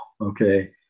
Okay